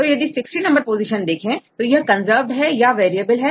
तो यदि 60 number position देखें तो यह कंजर्व्ड या वेरिएबल है